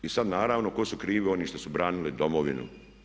I sada naravno tko su krivi, oni što su branili Domovinu.